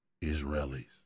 Israelis